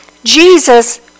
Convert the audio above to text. Jesus